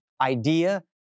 idea